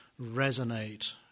resonate